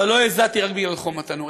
אבל לא הזעתי רק בגלל חום התנור,